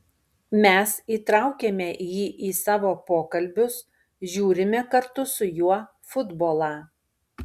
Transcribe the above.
mes įtraukiame jį į savo pokalbius žiūrime kartu su juo futbolą